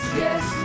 yes